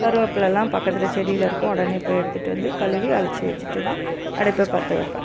கருவேப்பிலலாம் பக்கத்தில் செடியில இருக்கும் உடனே போய் எடுத்துட்டு வந்து கழுவி அலசி வச்சிட்டுதான் அடுப்பே பற்றவைப்பேன்